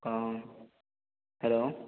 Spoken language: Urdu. کون ہیلو